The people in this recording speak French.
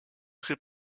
très